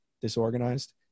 disorganized